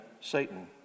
Satan